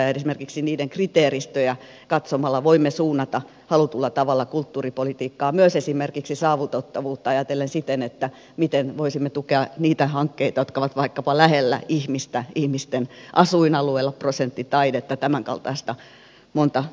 esimerkiksi niiden kriteeristöjä katsomalla voimme suunnata halutulla tavalla kulttuuripolitiikkaa myös esimerkiksi saavutettavuutta ajatellen siten miten voisimme tukea niitä hankkeita jotka ovat vaikkapa lähellä ihmistä ihmisten asuinalueilla prosenttitaidetta tämänkaltaista monta toimintaa